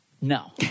No